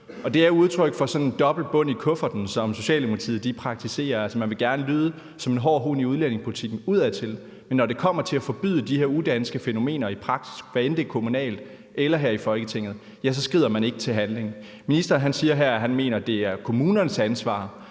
Det er udtryk for sådan en dobbeltbund i kufferten – det, Socialdemokratiet praktiserer. Man vil gerne lyde som en hård hund i udlændingepolitikken udadtil, men når det kommer til at forbyde de her udanske fænomener i praksis, hvad end det er kommunalt eller her i Folketinget, skrider man ikke til handling. Ministeren siger her, han mener, at det er kommunernes ansvar